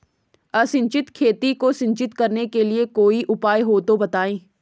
असिंचित खेती को सिंचित करने के लिए कोई उपाय हो तो बताएं?